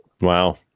Wow